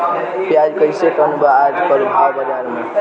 प्याज कइसे टन बा आज कल भाव बाज़ार मे?